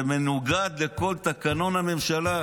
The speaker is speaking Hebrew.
זה מנוגד לכל תקנון הממשלה.